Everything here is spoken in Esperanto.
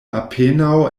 apenaŭ